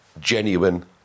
genuine